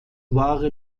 wahre